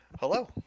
Hello